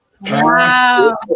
Wow